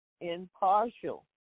impartial